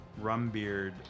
Rumbeard